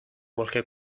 qualche